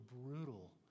brutal